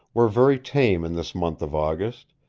were very tame in this month of august,